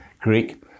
Greek